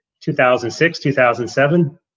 2006-2007